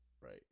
Right